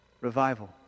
Revival